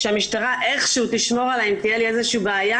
שהמשטרה איכשהו תשמור עליי אם תהיה לי איזו בעיה,